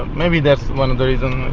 maybe that's one of the reasons.